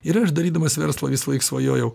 ir aš darydamas verslą visąlaik svajojau